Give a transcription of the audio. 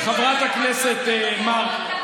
חברת הכנסת מארק,